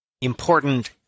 important